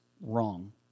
wrong